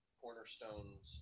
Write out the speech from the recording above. cornerstones